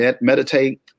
meditate